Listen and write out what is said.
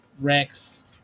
Rex